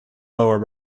lower